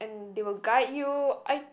they will guide you I